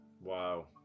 Wow